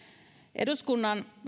eduskunnan